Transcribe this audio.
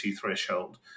threshold